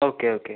okay okay